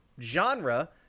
genre